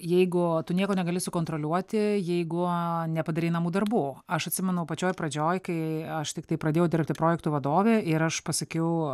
jeigu tu nieko negali sukontroliuoti jeigu nepadarei namų darbų aš atsimenu pačioj pradžioj kai aš tiktai pradėjau dirbti projektų vadove ir aš pasakiau